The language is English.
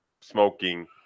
smoking